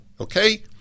Okay